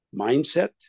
mindset